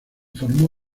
formó